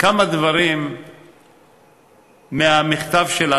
כמה דברים מהמכתב שלה,